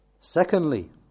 Secondly